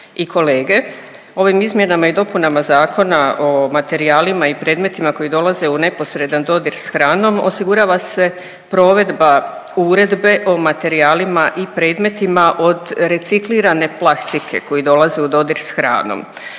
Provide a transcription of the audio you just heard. i kolege. Ovim izmjenama i dopunama Zakona o materijalima i predmetima koji dolaze u neposredan dodir s hranom, osigurava se provedba Uredbe o materijalima i predmetima od reciklirane plastike koji dolaze u dodir s hranom,